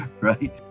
right